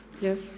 Yes